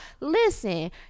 listen